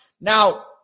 Now